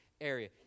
area